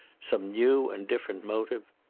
some new and different motive.